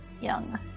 young